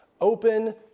open